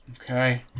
Okay